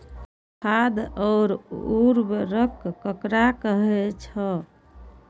खाद और उर्वरक ककरा कहे छः?